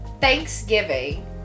Thanksgiving